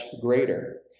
greater